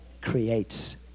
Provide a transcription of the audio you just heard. creates